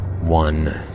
One